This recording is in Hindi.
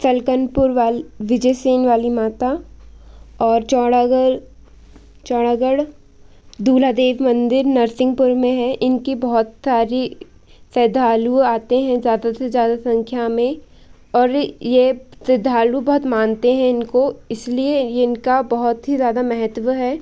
सलकनपुर वाल विजयसेन वाली माता और चौड़ागढ़ चौड़ागढ़ दुलादेव मंदिर नरसिंहपुर में है इनकी बहुत सारे श्रद्धालु आते हैं ज़्यादा से ज़्यादा संख्या में और यह श्रद्धालु बहुत मानते हैं इनको इसलिए यह इनका बहुत ही ज़्यादा महत्व है